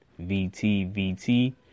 VTVT